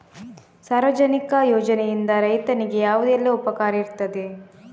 ಸಾರ್ವಜನಿಕ ಯೋಜನೆಯಿಂದ ರೈತನಿಗೆ ಯಾವುದೆಲ್ಲ ಉಪಕಾರ ಇರ್ತದೆ?